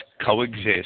coexist